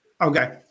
Okay